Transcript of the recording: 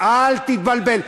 אל תתבלבל.